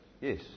Yes